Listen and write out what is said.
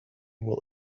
will